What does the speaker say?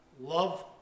love